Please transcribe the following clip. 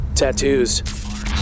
Tattoos